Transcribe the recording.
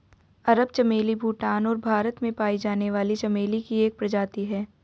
अरब चमेली भूटान और भारत में पाई जाने वाली चमेली की एक प्रजाति है